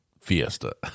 fiesta